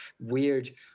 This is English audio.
weird